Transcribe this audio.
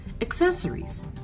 accessories